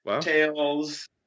tails